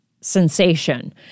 sensation